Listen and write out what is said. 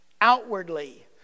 outwardly